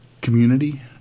community